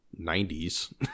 90s